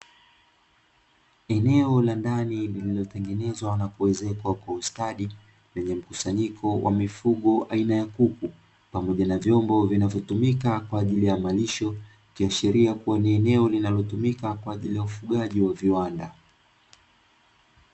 Eneo la ndani lililotengenezwa na kuezekwa kwa ustadi; lenye mkusanyiko wa mifugo aina ya kuku pamoja na vyombo vinavyotumika kwa ajili ya malisho, ikiashiria kuwa ni eneo linalotumika kwa ajili ya ufugaji wa viwanda.